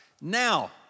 Now